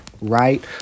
right